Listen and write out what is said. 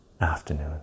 afternoon